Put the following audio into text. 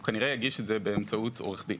הוא כנראה יגיש את זה באמצעות עורך דין,